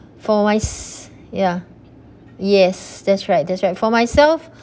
for wise ya yes that's right that's right for myself